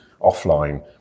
offline